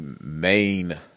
main